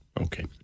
Okay